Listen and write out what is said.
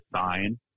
sign